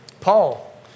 Paul